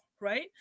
right